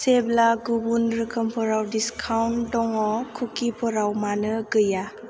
जेब्ला गुबुन रोखोमफोराव डिसकाउन्ट दङ कुकिफोराव मानो गैया